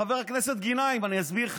חבר הכנסת גנאים, אני אסביר לך: